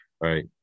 Right